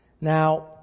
Now